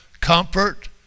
comfort